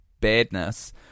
badness